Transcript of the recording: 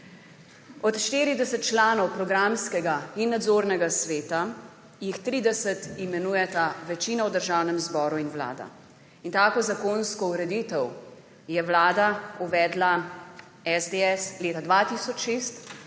Od 40 članov programskega in nadzornega sveta, jih 30 imenujeta večina v Državnem zboru in vlada. In takšno zakonsko ureditev je vlada uvedla, SDS, leta 2006